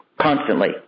constantly